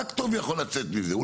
רק טוב יכול לצאת מזה פה,